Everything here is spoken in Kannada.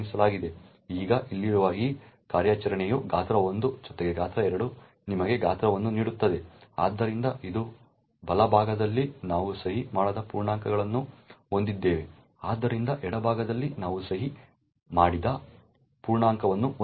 ಈಗ ಇಲ್ಲಿರುವ ಈ ಕಾರ್ಯಾಚರಣೆಯು ಗಾತ್ರ1 ಜೊತೆಗೆ ಗಾತ್ರ 2 ನಿಮಗೆ ಗಾತ್ರವನ್ನು ನೀಡುತ್ತದೆ ಆದ್ದರಿಂದ ಇದು ಬಲಭಾಗದಲ್ಲಿ ನಾವು ಸಹಿ ಮಾಡದ ಪೂರ್ಣಾಂಕಗಳನ್ನು ಹೊಂದಿದ್ದೇವೆ ಆದರೆ ಎಡಭಾಗದಲ್ಲಿ ನಾವು ಸಹಿ ಮಾಡಿದ ಪೂರ್ಣಾಂಕವನ್ನು ಹೊಂದಿದ್ದೇವೆ